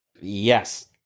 Yes